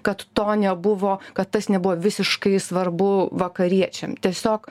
kad to nebuvo kad tas nebuvo visiškai svarbu vakariečiam tiesiog